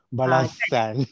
balasan